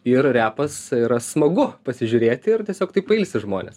ir repas yra smagu pasižiūrėti ir tiesiog taip pailsi žmonės